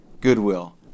goodwill